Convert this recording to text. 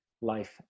life